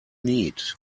need